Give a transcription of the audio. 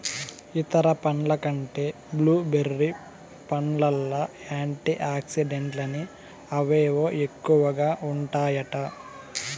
ఇతర పండ్ల కంటే బ్లూ బెర్రీ పండ్లల్ల యాంటీ ఆక్సిడెంట్లని అవేవో ఎక్కువగా ఉంటాయట